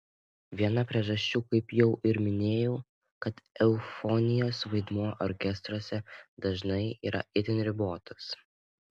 viena priežasčių kaip jau ir minėjau kad eufonijos vaidmuo orkestruose dažnai yra itin ribotas